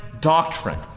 doctrine